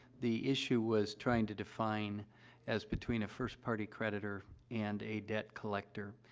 the issue was trying to define as between a first-party creditor and a debt collector,